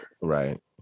right